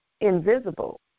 invisible